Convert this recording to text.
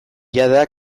jada